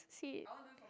that's so sweet